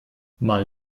mal